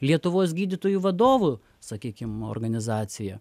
lietuvos gydytojų vadovų sakykim organizacija